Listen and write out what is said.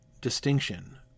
distinction